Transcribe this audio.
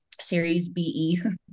seriesbe